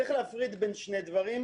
צריך להפריד בין שני דברים: